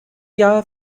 jahr